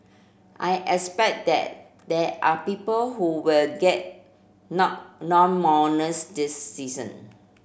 I expect that there are people who will get no no bonus this season